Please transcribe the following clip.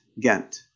Ghent